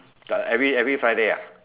got every every Friday ah